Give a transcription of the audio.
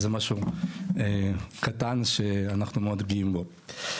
אז זה משהו קטן שאנחנו מאוד גאים בו.